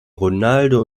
ronaldo